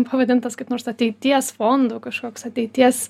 pavadintas kaip nors ateities fondu kažkoks ateities